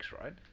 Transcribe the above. right